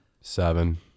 Seven